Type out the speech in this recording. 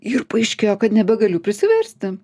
ir paaiškėjo kad nebegaliu prisiversti